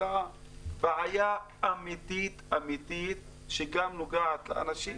אלא בעיה אמיתית אמיתית שגם נוגעת לאנשים